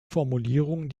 formulierungen